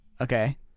okay